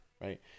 right